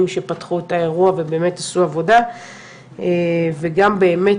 שפתחו את האירוע ובאמת עשו עבודה וגם באמת,